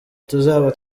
tuzaba